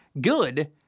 good